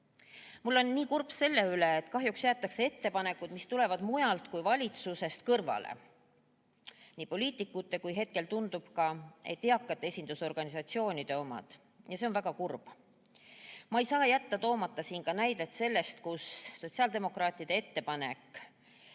Mul on nii kurb selle pärast, et kahjuks jäetakse ettepanekud, mis tulevad mujalt kui valitsusest, kõrvale. Nii poliitikute kui hetkel tundub, et ka eakate esindusorganisatsioonide omad, ja see on väga kurb. Ma ei saa jätta toomata siin näidet sellest, kus sotsiaaldemokraatide mitmeid